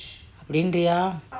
அப்டின்னரிய:aptinnariya